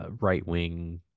right-wing